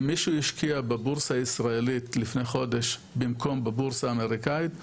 אם מישהו השקיע בבורסה הישראלית לפני חודש במקום בבורסה האמריקאית,